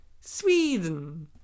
Sweden